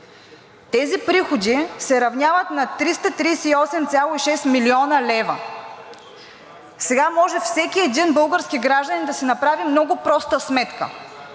Тези приходи се равняват на 338,6 млн. лв. Сега може всеки един български гражданин да си направи много проста сметка.